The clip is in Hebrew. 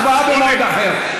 הצבעה במועד אחר.